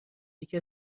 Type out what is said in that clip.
یکی